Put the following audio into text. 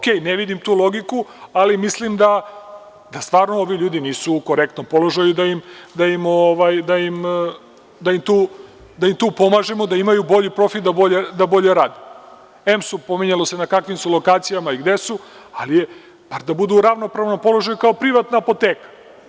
U redu, ne vidim tu logiku, ali mislim da stvarno ovi ljudi nisu u korektnom položaju da im tu pomažemo, da imaju bolji profit, da bolje rade, em su, pominjalo se na kakvim su lokacijama i gde su, ali bar da budu u ravnopravnom položaju kao privatne apoteke.